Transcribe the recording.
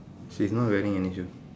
she's not wearing any